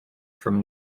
from